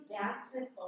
dances